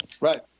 Right